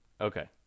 okay